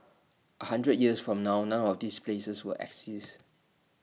A hundred years from now none of these places will exist